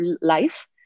life